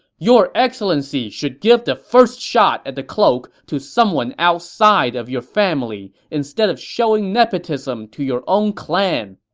your excellency should give the first shot at the cloak to someone outside of your family instead of showing nepotism to your own clan.